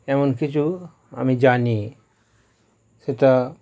এমন কিছু আমি জানি সেটা